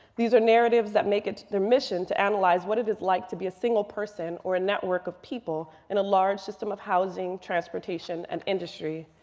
these are narratives that make it their mission to analyze what it is like to be a single person or a network of people in a large system of housing, transportation, and industry.